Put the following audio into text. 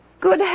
Good